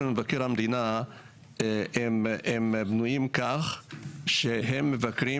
במקר המדינה הם בנויים כך שהם מבקרים